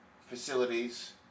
facilities